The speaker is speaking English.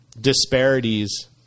disparities